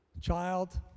child